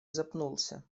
запнулся